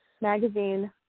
magazine